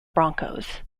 broncos